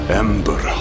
ember